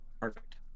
Perfect